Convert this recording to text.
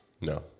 No